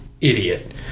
idiot